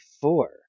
four